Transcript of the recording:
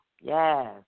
Yes